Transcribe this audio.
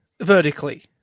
vertically